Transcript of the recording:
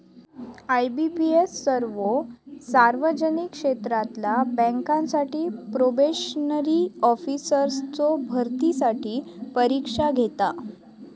IBPS सर्वो सार्वजनिक क्षेत्रातला बँकांसाठी प्रोबेशनरी ऑफिसर्सचो भरतीसाठी परीक्षा घेता